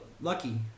Lucky